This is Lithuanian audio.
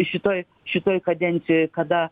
šitoj šitoj kadencijoj kada